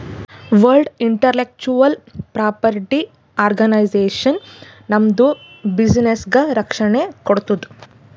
world intellectual property organisation ನಮ್ದು ಬಿಸಿನ್ನೆಸ್ಗ ರಕ್ಷಣೆ ಕೋಡ್ತುದ್